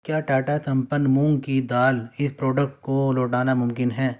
کیا ٹاٹا سمپن مونگ کی دال اس پروڈکٹ کو لوٹانا ممکن ہے